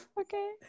Okay